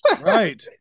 Right